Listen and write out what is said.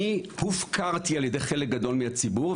אני הופקרתי על ידי חלק גדול מהציבור,